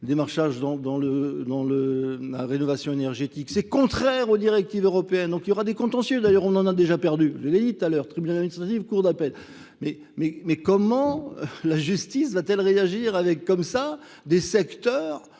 démarchage dans la rénovation énergétique. C'est contraire aux directives européennes, donc il y aura des contentieux, d'ailleurs on en a déjà perdu. Je l'ai dit tout à l'heure, tribunal administratif court d'appel. Mais comment la justice va-t-elle réagir avec comme ça des secteurs